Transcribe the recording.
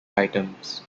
items